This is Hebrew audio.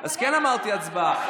אז כן אמרתי "הצבעה".